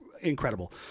incredible